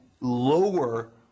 lower